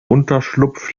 unterschlupf